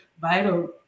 vital